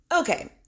Okay